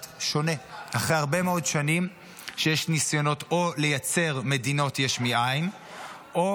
שונה אחרי הרבה מאוד שנים שיש ניסיונות או לייצר מדינות יש מאין או